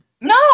No